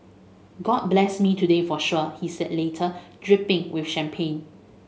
god blessed me today for sure he said later dripping with champagne